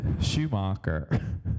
Schumacher